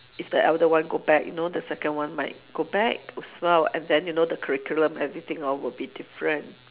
if the elder one go back you know the second one might go back as well and then you know the curriculum everything all will be different